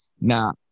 Now